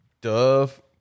Dove